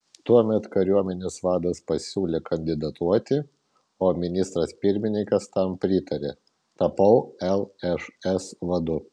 tuomet kariuomenės vadas pasiūlė kandidatuoti o ministras pirmininkas tam pritarė tapau lšs vadu